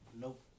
Nope